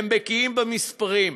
הם בקיאים במספרים,